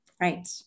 right